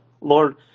Lord